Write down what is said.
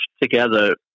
together